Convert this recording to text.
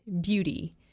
beauty